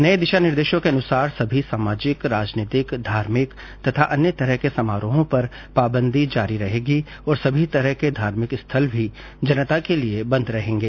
नये दिशा निर्देशों के अनुसार सभी सामाजिक राजनीतिक धार्मिक तथा अन्य तरह के समारोहों पर पाबंदी जारी रहेगी और सभी तरह के धार्मिक स्थल भी जनता के लिए बंद रहेंगे